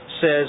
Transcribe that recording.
says